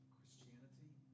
Christianity